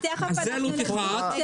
זה עלות אחת,